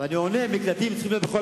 ואני עונה שמקלטים צריכים להיות בכל